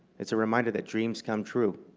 it's a reminder that dreams come true.